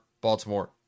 Baltimore